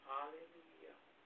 Hallelujah